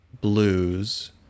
blues